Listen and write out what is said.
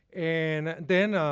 and then